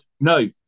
No